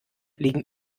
liegen